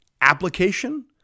application